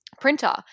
printer